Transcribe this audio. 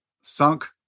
sunk